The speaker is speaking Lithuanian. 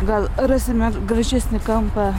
gal rasime gražesni kampą